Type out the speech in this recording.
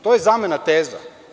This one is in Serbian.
To je zamena teza.